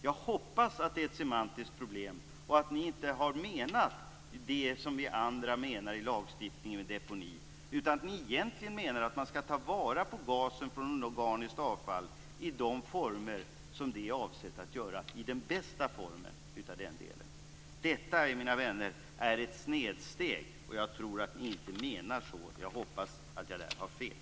Jag hoppas att detta är ett semantiskt problem och att ni inte har menat det som vi andra menar i lagstiftningen om deponi. Jag hoppas att ni egentligen menar att man skall ta vara på gasen från organiskt avfall i den bästa formen. Detta är ett snedsteg, mina vänner. Jag tror inte att ni menar så. Jag hoppas att jag har fel.